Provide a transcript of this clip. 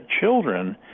children